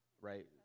right